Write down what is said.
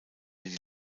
die